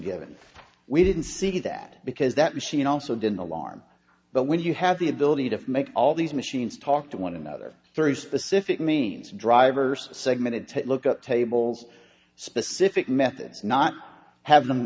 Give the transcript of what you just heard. given we didn't see that because that machine also didn't alarm but when you had the ability to make all these machines talk to one another very specific means drivers segmented to look at tables specific methods not have them